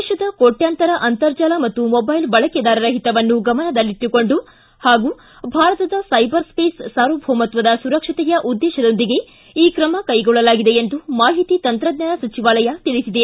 ದೇಶದ ಕೋಟ್ಡಾಂತರ ಅಂತರ್ಜಾಲ ಮತ್ತು ಮೊಬೈಲ್ ಬಳಕೆದಾರರ ಹಿತವನ್ನು ಗಮನದಲ್ಲಿಟ್ಟುಕೊಂಡು ಹಾಗೂ ಭಾರತದ ಸೈಬರ್ಸ್ಲೇಸ್ ಸಾರ್ವಭೌಮತ್ವದ ಸುರಕ್ಷತೆಯ ಉದ್ದೇಶದೊಂದಿಗೆ ಈ ಕ್ರಮ ಕೈಗೊಳ್ಳಲಾಗಿದೆ ಎಂದು ಮಾಹಿತಿ ತಂತ್ರಜ್ಞಾನ ಸಚಿವಾಲಯ ತಿಳಿಸಿದೆ